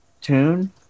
tune